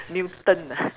mutant ah